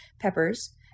peppers